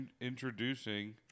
introducing